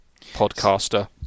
podcaster